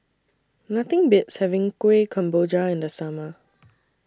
Nothing Beats having Kuih Kemboja in The Summer